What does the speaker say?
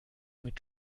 mit